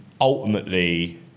ultimately